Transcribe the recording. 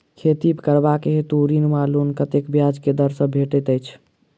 खेती करबाक हेतु ऋण वा लोन कतेक ब्याज केँ दर सँ भेटैत अछि?